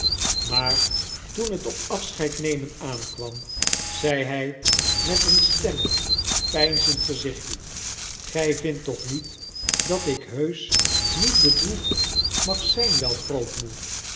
maar toen het op afscheidnemen aankwam zei hij met een stemmig peinzend gezichtje gij vindt toch niet dat ik heusch niet bedroefd mag zyn wel grootmoe en